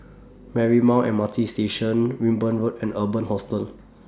Marymount M R T Station Wimborne Road and Urban Hostel